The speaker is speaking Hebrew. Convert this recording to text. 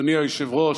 אדוני היושב-ראש,